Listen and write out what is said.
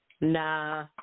nah